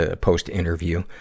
post-interview